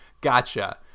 gotcha